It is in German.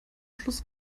schluss